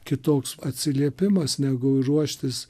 kitoks atsiliepimas negu ruoštis